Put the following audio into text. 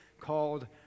called